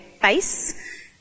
face